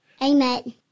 Amen